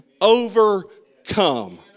overcome